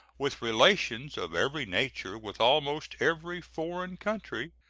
with relations of every nature with almost every foreign country,